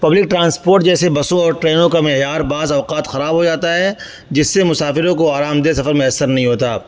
public transport جیسے بسوں اور ٹرینوں کا معیار بعض اوقات خراب ہو جاتا ہے جس سے مسافروں کو آرامدہ سفر میسر نہیں ہوتا